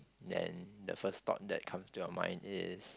then the first thought that comes to your mind is